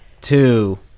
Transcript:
two